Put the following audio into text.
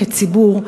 כציבור,